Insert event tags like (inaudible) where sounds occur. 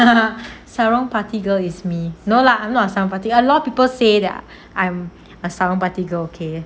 (laughs) sarong party girl is me no lah I'm not a sarong party a lot of people say that I'm a sarong party girl okay